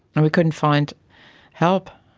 and we couldn't find help.